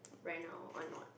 right now are not